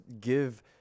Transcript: give